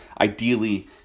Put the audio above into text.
Ideally